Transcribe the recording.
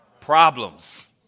Problems